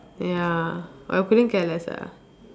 ya but I couldn't care less ah